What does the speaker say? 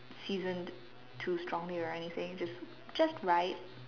seasoned too strongly or anything just just right